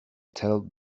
tell